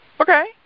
Okay